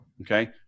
Okay